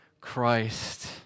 Christ